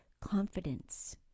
confidence